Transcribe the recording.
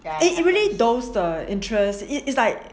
it's really does the interest is like